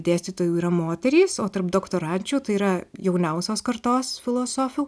dėstytojų yra moterys o tarp doktorančių tai yra jauniausios kartos filosofų